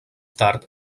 tard